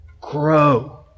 Grow